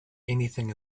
anything